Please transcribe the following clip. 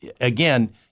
again